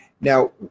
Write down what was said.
Now